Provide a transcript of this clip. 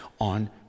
on